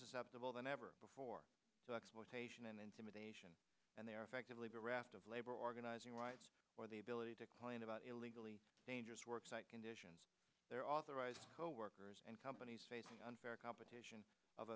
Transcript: susceptible than ever before so exploitation and intimidation and they are effectively bereft of labor organizing rights or the ability to complain about illegally dangerous work site conditions they're authorized coworkers and companies unfair competition of